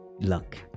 luck